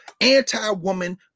anti-woman